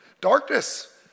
Darkness